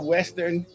Western